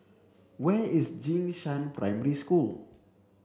where is Jing Shan Primary School